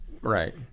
Right